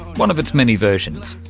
one of its many versions.